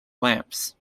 lamps